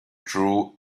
drew